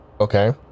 Okay